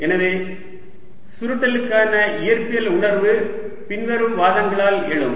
எனவே சுருட்டலுக்கான இயற்பியல் உணர்வு பின்வரும் வாதங்களால் எழும்